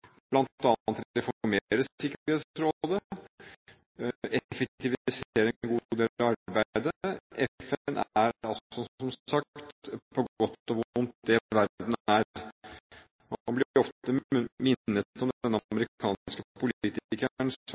en god del av arbeidet. FN er altså som sagt på godt og vondt det verden er. Man blir ofte minnet om denne amerikanske politikeren